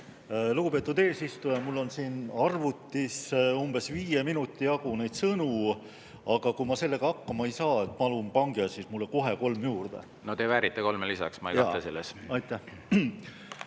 Lugupeetud eesistuja! Mul on siin arvutis umbes viie minuti jagu neid sõnu. Aga kui ma sellega hakkama ei saa, siis palun pange mulle kohe kolm minutit juurde. Te väärite kolme lisaks, ma ei kahtle selles. Te